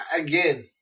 again